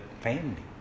family